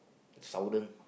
southern